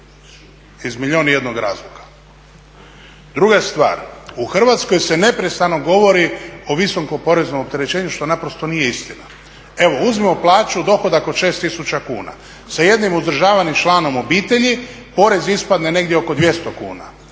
iz milijun i jednog razloga. Druga stvar, u Hrvatskoj se neprestano govori o visokom poreznom opterećenju što naprosto nije istina. Evo uzmimo plaću, dohodak od 6000 kuna. Sa jednim uzdržavanim članom obitelji porez ispadne negdje oko 200 kuna,